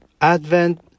Advent